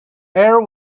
air